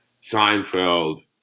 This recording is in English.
Seinfeld